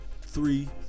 three